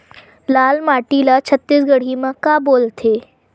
लाल माटी ला छत्तीसगढ़ी मा का बोलथे?